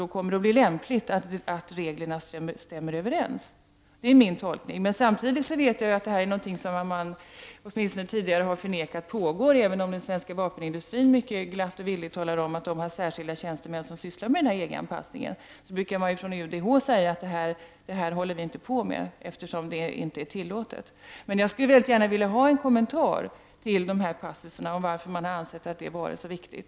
Då kommer det att vara lämpligt att reglerna stämmer överens. Samtidigt vet jag att detta är någonting som man, åtminstone tidigare, har förnekat, även om den svenska vapenindustrin glatt och villigt talar om att den har särskilda tjänstemän som sysslar med EG-anpassningen. Från UD/H brukar man säga att man inte håller på med sådant, eftersom det inte är tillåtet. Jag skulle gärna vilja ha en kommentar till dessa passusar och till varför man har ansett detta vara så viktigt.